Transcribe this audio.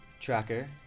Tracker